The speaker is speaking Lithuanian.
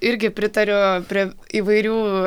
irgi pritariu prie įvairių